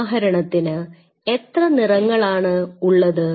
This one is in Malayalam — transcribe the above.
ഉദാഹരണത്തിന് എത്ര നിറങ്ങൾ ആണ് ഉള്ളത്